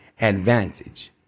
advantage